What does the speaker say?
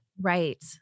Right